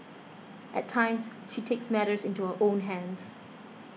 at times she takes matters into her own hands